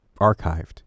archived